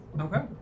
okay